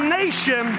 nation